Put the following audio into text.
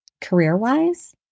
career-wise